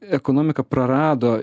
ekonomika prarado